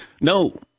no